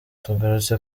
tugarutse